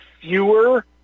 fewer